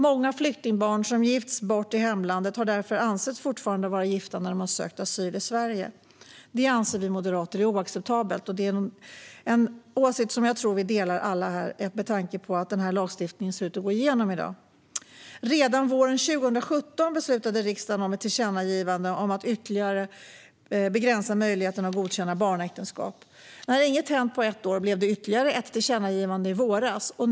Många flyktingbarn som gifts bort i hemlandet har därför fortfarande ansetts vara gifta när de har sökt asyl i Sverige. Det anser vi moderater är oacceptabelt. Det är en åsikt som jag tror att vi alla här delar, med tanke på att denna lagstiftning ser ut att gå igenom i dag. Redan våren 2017 beslutade riksdagen om ett tillkännagivande om att ytterligare begränsa möjligheterna att godkänna barnäktenskap. När inget hänt på ett år blev det ytterligare ett tillkännagivande i våras.